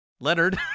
Leonard